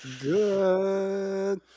good